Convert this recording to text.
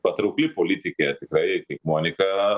patraukli politikė tikrai kaip monika